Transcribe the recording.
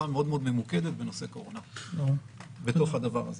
מאוד מאוד ממוקדת בנושא קורונה בתוך הדבר הזה.